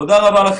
תודה רבה.